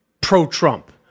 pro-Trump